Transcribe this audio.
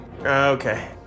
Okay